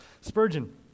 Spurgeon